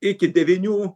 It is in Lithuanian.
iki devynių